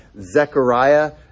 Zechariah